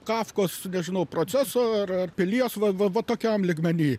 kafkos nežinau proceso ar pilies va va va tokiam lygmeny